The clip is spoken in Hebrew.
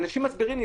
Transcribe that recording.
אנשים מסבירים לי,